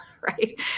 right